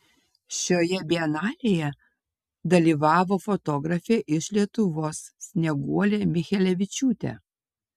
šioje bienalėje dalyvavo fotografė iš lietuvos snieguolė michelevičiūtė